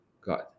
God